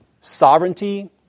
sovereignty